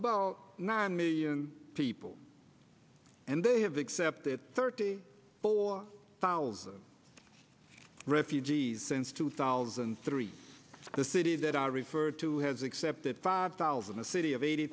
about nine million people and they have accepted thirty four thousand refugees since two thousand and three the city that i refer to has accepted five thousand a city of eighty